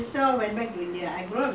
ah ah